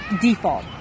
default